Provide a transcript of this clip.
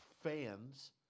fans